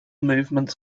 movements